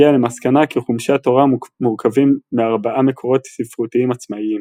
והגיע למסקנה כי חומשי התורה מורכבים מארבעה מקורות ספרותיים עצמאיים.